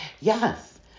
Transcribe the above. Yes